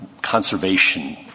conservation